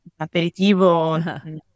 aperitivo